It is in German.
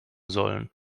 sollen